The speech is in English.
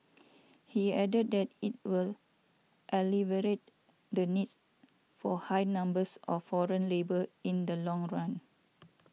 he added that it will alleviate the needs for high numbers of foreign labour in the long run